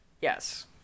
Yes